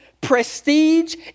prestige